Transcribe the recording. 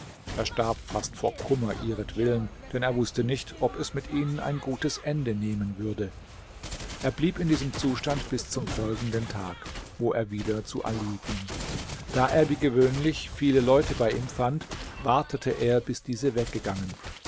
er starb fast vor kummer ihretwillen denn er wußte nicht ob es mit ihnen ein gutes ende nehmen würde er blieb in diesem zustand bis zum folgenden tag wo er wieder zu ali ging da er wie gewöhnlich viele leute bei ihm fand wartete er bis diese weggegangen